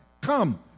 come